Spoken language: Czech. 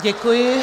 Děkuji.